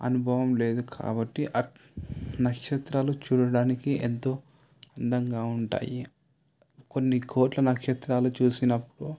అనుభవం లేదు కాబట్టి అది నక్షత్రాలు చూడడానికి ఎంతో అందంగా ఉంటాయి కొన్ని కోట్ల నక్షత్రాలు చూసినప్పుడు